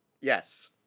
Yes